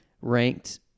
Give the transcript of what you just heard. ranked